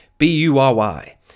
B-U-R-Y